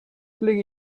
lege